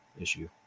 issue